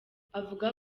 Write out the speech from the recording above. avuga